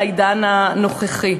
לעידן הנוכחי.